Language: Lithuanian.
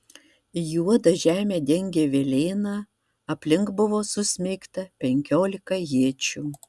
juodą žemę dengė velėna aplink buvo susmeigta penkiolika iečių